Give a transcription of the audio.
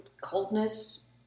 coldness